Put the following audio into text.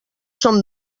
som